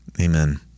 Amen